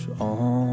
on